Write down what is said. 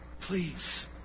Please